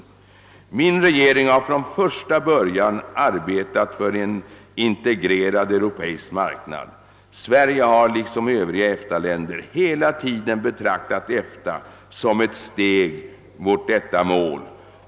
Min regering har från första början arbetat för en integrerad europeisk marknad. Sverige har, liksom Övriga EFTA-länder, hela tiden betraktat EFTA som ett steg mot detta mål.